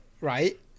right